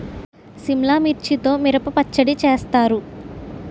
సిమ్లా మిర్చితో మిరప పచ్చడి చేస్తారు